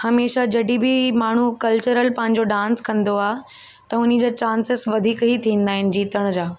हमेशह जॾहिं बि माण्हू कल्चरल पंहिंजो डांस कंदो आहे त उन जा चांसिस वधीक ई थींदा आहिनि जीतण जा